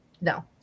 No